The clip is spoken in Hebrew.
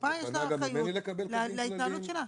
לקופה יש אחריות להתנהלות שלה.